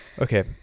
Okay